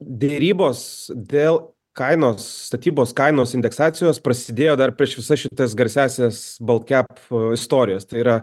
derybos dėl kainos statybos kainos indeksacijos prasidėjo dar prieš visas šitas garsiąsias baltkep istorijas tai yra